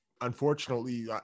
Unfortunately